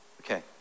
Okay